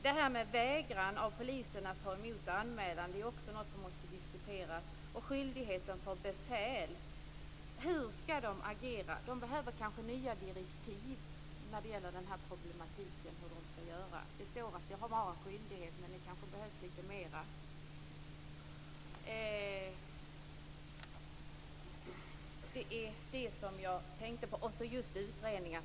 Detta med polisers vägran att ta emot anmälningar är också något som måste diskuteras liksom befäls skyldigheter. Hur skall de agera? De behöver kanske nya direktiv för hur de skall agera. Det står att det är en skyldighet, men det kanske inte är tillräckligt.